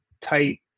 tight